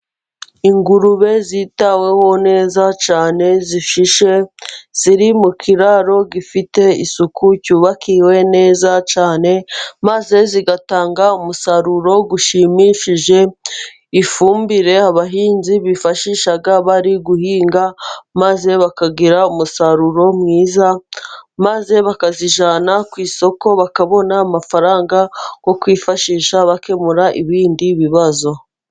Ingurube zitaweho neza cyane zishishe, ziri mu kiraro gifite isuku cyubakiwe neza cyane, maze zigatanga umusaruro ushimishije, ifumbire abahinzi bifashisha bari guhinga maze bakagira umusaruro mwiza, maze bakazijyana ku isoko bakabona amafaranga yo kwifashisha bakemura ibindi bibazo.